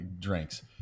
drinks